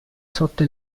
sotto